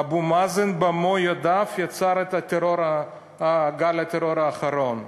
אבו מאזן במו-ידיו יצר את גל הטרור האחרון.